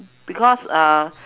because uh